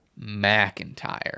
McIntyre